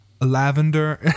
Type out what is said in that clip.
lavender